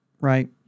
right